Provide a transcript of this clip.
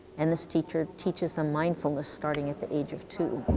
and this teacher teaches them mindfulness starting at the age of two,